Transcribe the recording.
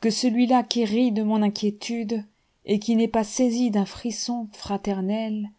que celui-là qui rit de mon inquiétude et qui n'est pas saisi d'un frisson fraternel